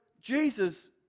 Jesus